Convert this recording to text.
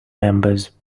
members